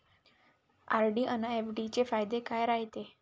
RD अन FD चे फायदे काय रायते?